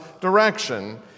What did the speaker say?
direction